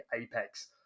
Apex